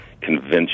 Convince